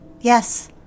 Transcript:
Yes